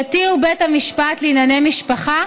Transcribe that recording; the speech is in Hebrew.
יתיר בית המשפט לענייני משפחה